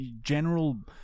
general